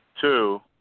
two